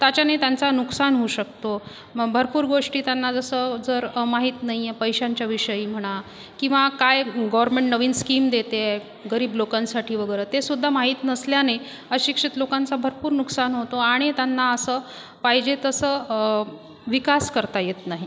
त्याच्यानी त्यांचं नुकसान होऊ शकतो मग भरपूर गोष्टी त्यांना जसं जर अ माहीत नाही आहे पैशांच्याविषयी म्हणा किंवा काय गोरमेन्ट नवीन स्कीम देतेय गरीब लोकांसाठी वगैरे ते सुद्धा माहीत नसल्याने अशिक्षित लोकांचं भरपूर नुकसान होतो आणि त्यांना असं पाहिजे तसं विकास करता येत नाही